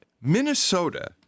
Minnesota